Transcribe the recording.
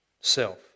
self